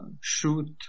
shoot